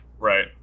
Right